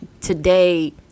today